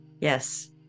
yes